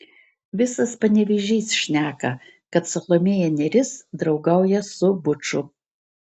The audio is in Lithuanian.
visas panevėžys šneka kad salomėja nėris draugauja su buču